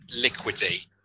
liquidy